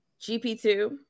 GP2